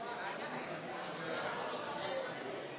har vært